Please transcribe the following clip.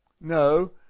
No